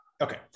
Okay